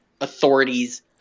authorities